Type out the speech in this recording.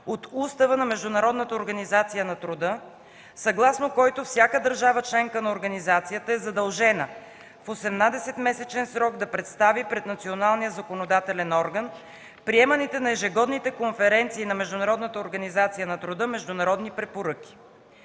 от Устава на Международната организация на труда, съгласно който всяка държава – членка на организацията, е задължена в 18-месечен срок да представи пред националния законодателен орган приеманите на ежегодните конференции на Международната организация на труда международни препоръки.